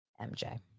MJ